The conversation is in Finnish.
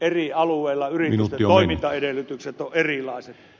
eri alueilla yritysten toimintaedellytykset ovat erilaiset